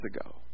ago